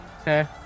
Okay